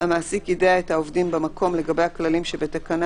המעסיק יידע את העובדים במקום לגבי הכללים שבתקנה